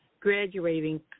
graduating